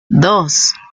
dos